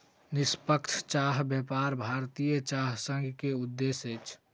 निष्पक्ष चाह व्यापार भारतीय चाय संघ के उद्देश्य अछि